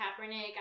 Kaepernick